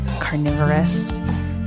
carnivorous